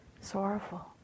sorrowful